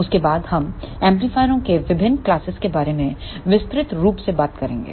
उसके बाद हम एम्पलीफायरों के विभिन्न क्लासेस के बारे में विस्तृत रूप से बात करेंगे